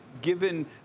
given